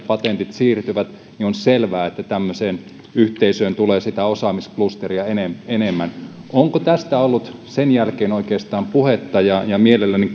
patentit siirtyvät niin on selvää että tämmöiseen yhteisöön tulee sitä osaamisklusteria enemmän enemmän onko tästä ollut sen jälkeen oikeastaan puhetta mielelläni